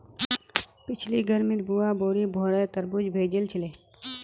पिछली गर्मीत बुआ बोरी भोरे तरबूज भेजिल छिले